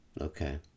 Okay